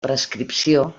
prescripció